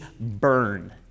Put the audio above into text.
burn